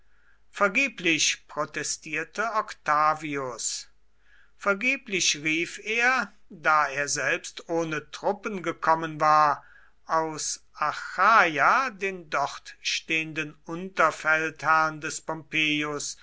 vergeblich protestierte octavius vergeblich rief er da er selbst ohne truppen gekommen war aus achaia den dort stehenden unterfeldherrn des pompeius